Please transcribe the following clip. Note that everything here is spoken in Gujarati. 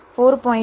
ખર્ચ 4